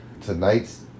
tonight's